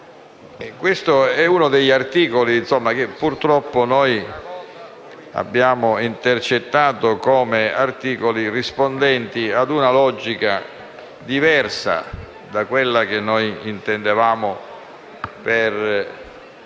questo è uno degli articoli che purtroppo abbiamo intercettato come rispondenti a una logica diversa da quella che intendevamo per